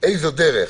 איזו דרך,